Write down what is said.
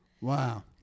Wow